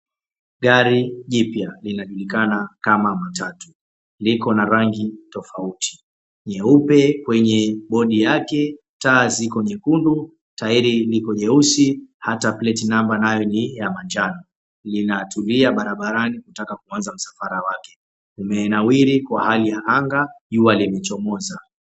Gari jipya linajulikana kama matatu liko na rangi tofauti, nyeupe kwenye body yake, taa ziko nyekundu, tairi liko nyeusi, hata plate number nayo ni ya manjano. Linatulia barabarani kutaka kumaliza msafara wake. Limenawiri kwa hali ya anga jua likichomoza.